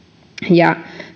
ja